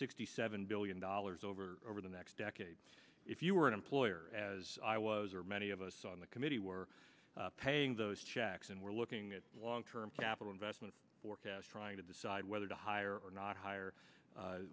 sixty seven billion dollars over over the next decade if you were an employer as i was or many of us on the committee were paying those checks and were looking at long term capital investment forecasts trying to decide whether to hire or not hire